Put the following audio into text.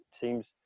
seems